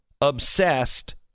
obsessed